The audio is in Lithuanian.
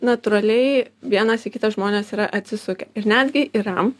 natūraliai vienas į kitą žmonės yra atsisukę ir netgi yra